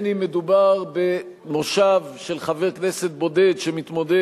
אם מדובר במושב של חבר כנסת בודד שמתמודד